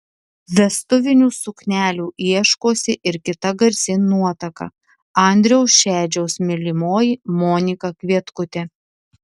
vestuvinių suknelių ieškosi ir kita garsi nuotaka andriaus šedžiaus mylimoji monika kvietkutė